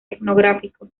etnográfico